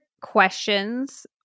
questions